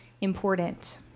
important